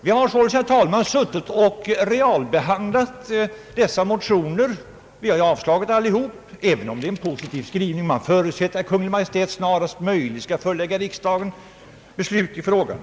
Vi har alltså, herr talman, suttit och realbehandlat dessa motioner. Vi har avslagit samtliga, även om skrivningen är positiv. Utskottet förutsätter att Kungl. Maj:t snarast möjligt skall förelägga riksdagen beslut i frågan.